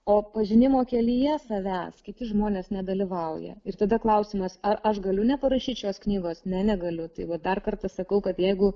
o pažinimo kelyje savęs kiti žmonės nedalyvauja ir tada klausimas ar aš galiu neparašyt šios knygos ne negaliu tai va dar kartą sakau kad jeigu